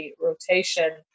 rotation